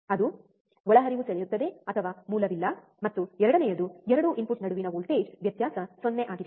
ಅದು ಒಳಹರಿವು ಸೆಳೆಯುತ್ತದೆ ಅಥವಾ ಮೂಲವಿಲ್ಲ ಮತ್ತು ಎರಡನೆಯದು 2 ಇನ್ಪುಟ್ ನಡುವಿನ ವೋಲ್ಟೇಜ್ ವ್ಯತ್ಯಾಸ 0 ಆಗಿದೆ